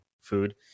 food